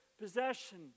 possession